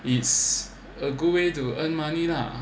it's a good way to earn money lah